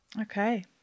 Okay